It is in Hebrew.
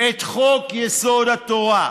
את חוק-יסוד: התורה,